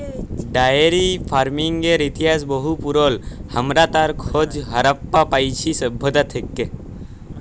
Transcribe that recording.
diary ফার্মিংয়ের ইতিহাস বহু পুরল, হামরা তার খজ হারাপ্পা পাইছি সভ্যতা থেক্যে